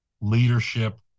leadership